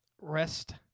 rest